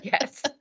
Yes